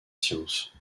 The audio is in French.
science